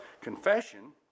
confession